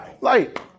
light